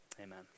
amen